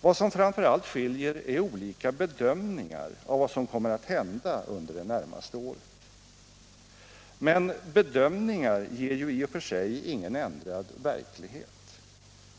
Vad som framför allt skiljer är olika bedömningar av vad som kommer att hända under det närmaste året. Men bedömningar ger ju i och för sig ingen ändrad verklighet.